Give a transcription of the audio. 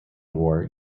war